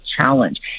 challenge